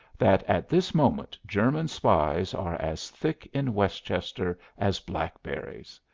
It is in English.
that at this moment german spies are as thick in westchester as blackberries.